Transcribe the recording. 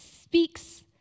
speaks